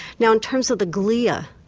now in terms of the glia,